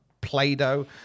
Play-Doh